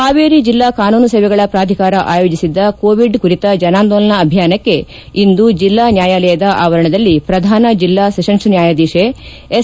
ಹಾವೇರಿ ಜೆಲ್ಲಾ ಕಾನೂನು ಸೇವೆಗಳ ಪ್ರಾಧಿಕಾರ ಆಯೋಜಿಸಿದ್ದ ಕೋವಿಡ್ ಕುರಿತ ಜನಾಂದೋಲನ ಅಭಿಯಾನಕ್ಕೆ ಇಂದು ಜೆಲ್ಲಾ ನ್ಞಾಯಾಲಯದ ಆವರಣದಲ್ಲಿ ಪ್ರಧಾನ ಜಿಲ್ಲಾ ಸೆಪನ್ಸ್ ನ್ಯಾಯಾಧೀಶೆ ಎಸ್